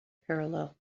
parallel